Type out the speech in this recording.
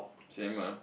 same ah